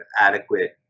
adequate